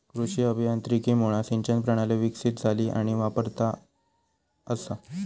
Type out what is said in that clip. कृषी अभियांत्रिकीमुळा सिंचन प्रणाली विकसीत झाली आणि वापरात असा